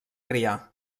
criar